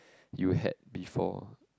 you had before